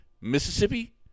Mississippi